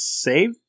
Save